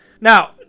Now –